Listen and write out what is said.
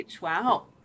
Wow